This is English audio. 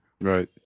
Right